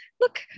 look